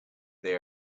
they